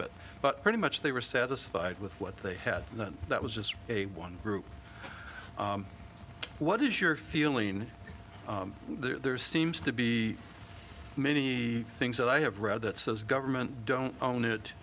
bit but pretty much they were satisfied with what they had that was just a one group what is your feeling there seems to be many things that i have read that says government don't own it